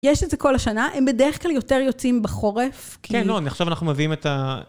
יש את זה כל השנה, הם בדרך כלל יותר יוצאים בחורף. כן, לא, אני חושב שאנחנו מביאים את ה...